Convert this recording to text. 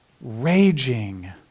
raging